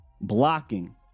blocking